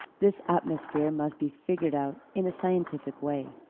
this atmosphere must be figured out in a scientific way.